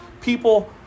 people